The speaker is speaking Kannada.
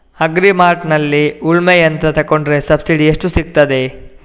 ಅಗ್ರಿ ಮಾರ್ಟ್ನಲ್ಲಿ ಉಳ್ಮೆ ಯಂತ್ರ ತೆಕೊಂಡ್ರೆ ಸಬ್ಸಿಡಿ ಎಷ್ಟು ಸಿಕ್ತಾದೆ?